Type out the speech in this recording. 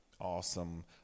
Awesome